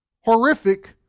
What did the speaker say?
horrific